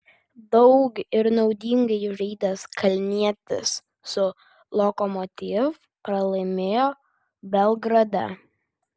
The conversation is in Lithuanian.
daug ir naudingai žaidęs kalnietis su lokomotiv pralaimėjo belgrade